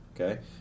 okay